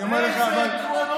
הוא אומנם גר ליד,